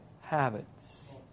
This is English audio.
habits